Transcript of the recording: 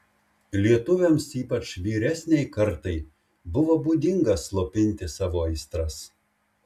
lietuviams ypač vyresnei kartai buvo būdinga slopinti savo aistras